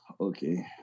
Okay